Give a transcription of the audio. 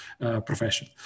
profession